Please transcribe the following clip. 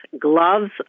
gloves